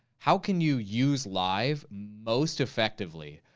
how can you use live most effectively,